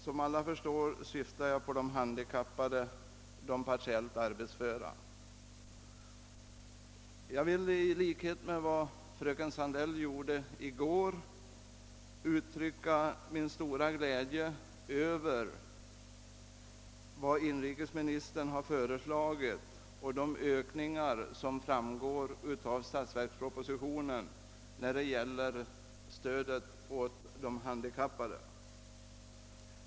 Som alla förstår syftar jag på de handikappade, de partiellt arbetsföra. Jag vill i likhet med fröken Sandell även uttrycka min stora glädje över vad inrikesministern har föreslagit och de ökningar som framgår av statsverkspropositionen i fråga om stödet åt de handikappade.